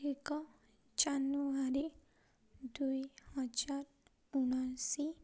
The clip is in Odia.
ଏକ ଜାନୁଆରୀ ଦୁଇହଜାର ଉଣେଇଶି